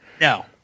No